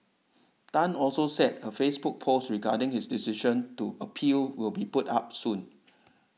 Tan also said a Facebook post regarding his decision to appeal will be put up soon